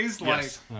Yes